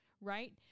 right